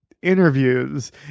interviews